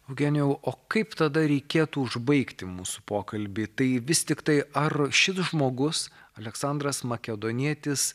eugenijau o kaip tada reikėtų užbaigti mūsų pokalbį tai vis tiktai ar šis žmogus aleksandras makedonietis